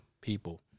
people